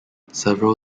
several